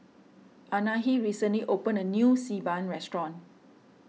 Anahi recently opened a new Xi Ban restaurant